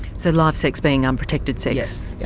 so live sex being unprotected sex? yeah